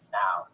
now